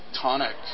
Tonic